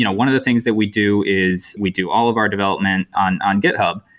you know one of the things that we do is we do all of our development on on github.